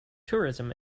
tourism